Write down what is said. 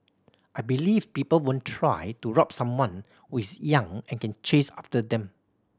I believe people won't try to rob someone who is young and can chase after them